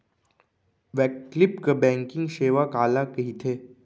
वैकल्पिक बैंकिंग सेवा काला कहिथे?